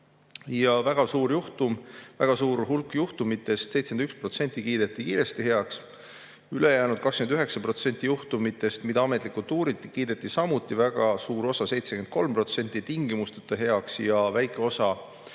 väga suur hulk juhtumitest, 71% kiideti kiiresti heaks. Ülejäänud 29% juhtumite puhul, mida ametlikult uuriti, kiideti samuti väga suur osa heaks – 73% tingimusteta ja väike osa,